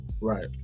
Right